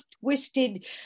twisted